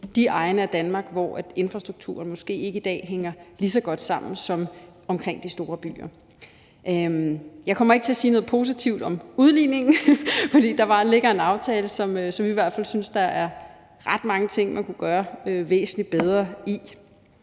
de egne af Danmark, hvor infrastrukturen måske ikke i dag hænger lige så godt sammen som omkring de store byer. Jeg kommer ikke til at sige noget positivt om udligningen, for der ligger en aftale, hvori der er ret mange ting, som vi i hvert fald